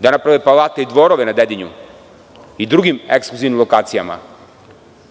da naprave palate i dvorove na Dedinju i drugim ekskluzivnim lokacijama,